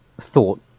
thought